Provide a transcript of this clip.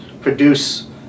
produce